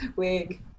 wig